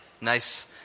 nice